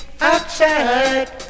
outside